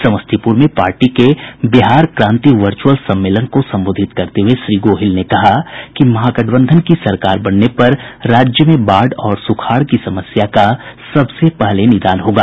समस्तीपुर में पार्टी के बिहार क्रांति वर्चुअल सम्मेलन को संबोधित करते हुये श्री गोहिल ने कहा कि महागठबंधन की सरकार बनने पर राज्य में बाढ़ और सुखाड़ की समस्या का सबसे पहले निदान होगा